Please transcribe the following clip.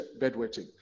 bedwetting